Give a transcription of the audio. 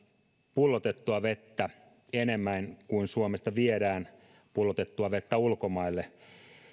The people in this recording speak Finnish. pullotettua vettä enemmän kuin suomesta viedään pullotettua vettä ulkomaille